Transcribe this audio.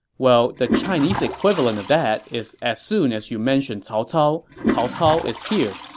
well, the chinese equivalent of that is as soon as you mention cao cao, cao cao is here.